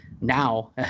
now